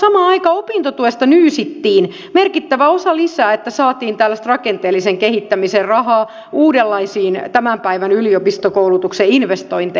samaan aikaan opintotuesta nyysittiin merkittävä osa lisää että saatiin tällaista rakenteellisen kehittämisen rahaa uudenlaisiin tämän päivän yliopistokoulutuksen investointeihin